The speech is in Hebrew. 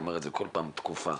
כל פעם אני אומר תקופה.